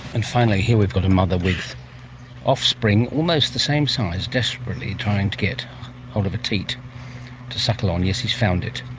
and finally here we've got a mother with offspring, almost the same size, desperately trying to get hold of a teat to suckle on. yes, he's found it.